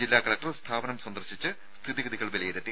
ജില്ലാ കലക്ടർ സ്ഥാപനം സന്ദർശിച്ച് സ്ഥിതിഗതികൾ വിലയിരുത്തി